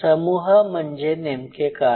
समूह म्हणजे नेमके काय